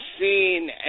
seen